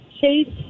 chase